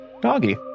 Doggy